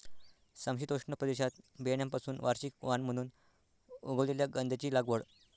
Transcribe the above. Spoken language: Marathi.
समशीतोष्ण प्रदेशात बियाण्यांपासून वार्षिक वाण म्हणून उगवलेल्या गांजाची लागवड